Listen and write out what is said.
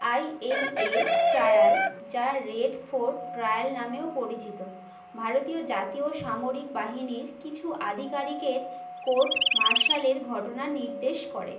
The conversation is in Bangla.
আই এন এ ট্রায়াল যা রেড ফোর্ট ট্রায়াল নামেও পরিচিত ভারতীয় জাতীয় সামরিক বাহিনীর কিছু আধিকারিকের কোর্ট মার্শালের ঘটনা নির্দেশ করে